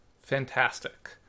Fantastic